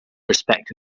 respect